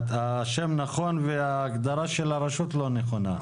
השם נכון וההגדרה של הרשות לא נכונה.